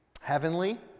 heavenly